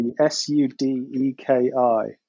S-U-D-E-K-I